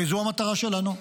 הרי זו המטרה שלנו,